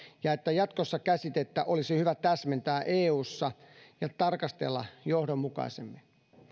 ja että jatkossa käsitettä olisi hyvä täsmentää eussa ja tarkastella johdonmukaisemmin